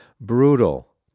brutal